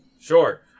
sure